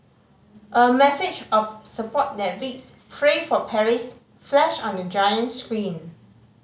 a message of support that reads Pray for Paris flashed on the giant screen